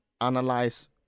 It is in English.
analyze